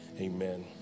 Amen